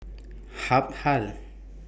Habhal